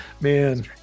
man